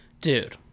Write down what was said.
Dude